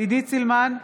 עידית סילמן,